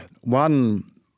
one